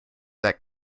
that